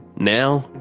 now,